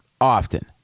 often